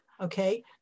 okay